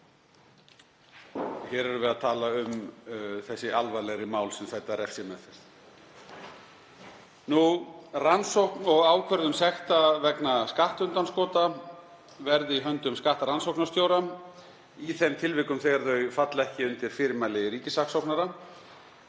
Hér erum við að tala um alvarlegri mál sem sæta refsimeðferð. Rannsókn og ákvörðun sekta vegna skattundanskota verði í höndum skattrannsóknarstjóra, í þeim tilvikum þegar þau falla ekki undir fyrirmæli ríkissaksóknara.